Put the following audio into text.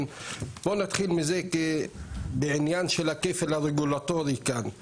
בוא נתחיל בעניין של הכפל הרגולטורי כאן.